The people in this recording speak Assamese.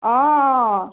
অ' অ'